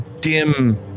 dim